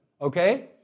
okay